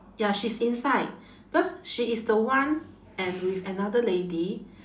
ya she's inside because she is the one and with another lady